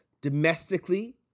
domestically